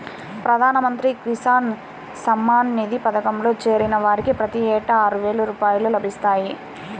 ప్రధాన మంత్రి కిసాన్ సమ్మాన్ నిధి పథకంలో చేరిన వారికి ప్రతి ఏటా ఆరువేల రూపాయలు లభిస్తాయి